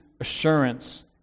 assurance